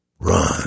Run